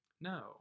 No